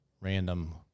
random